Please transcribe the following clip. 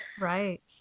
Right